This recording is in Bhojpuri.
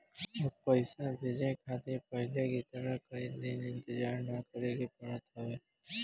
अब पइसा भेजे खातिर पहले की तरह कई दिन इंतजार ना करेके पड़त हवे